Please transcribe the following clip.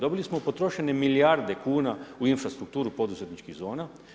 Dobili smo potrošene milijarde kuna u infrastrukturu poduzetničkih zona.